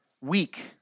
weak